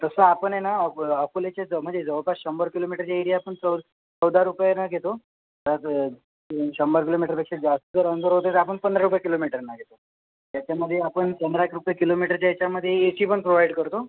तसं आपण आहे ना अब् अकोल्याचे ज म्हणजे जवळपास शंभर किलोमीटरच्या एरिया पण चौ चौदा रुपयानं घेतो तसं ते शंभर किलोमीटरपेक्षा जास्त रन जर होते तर आपण पंधरा रुपये किलोमीटरना घेतो त्याच्यामध्ये आपण पंधरा एक रुपये किलोमीटरच्या याच्यामध्ये ए ची पण प्रोव्हाईड करतो